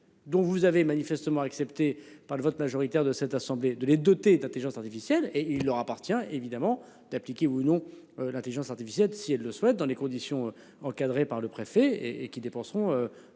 dont vous avez manifestement accepté par le vote majoritaire de cette Assemblée de les doter d'Intelligence artificielle. Et il leur appartient évidemment d'appliquer ou non l'Intelligence artificielle. Si elle le souhaite, dans des conditions encadrées par le préfet et et qui dépenseront